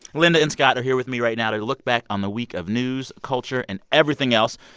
linda and scott are here with me right now to look back on the week of news, culture and everything else.